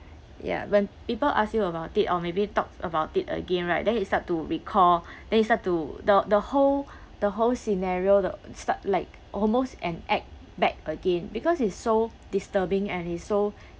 ya when people ask you about it or maybe talk about it again right then it start to recall then it start to the the whole the whole scenario the start like almost an act back again because it's so disturbing and it's so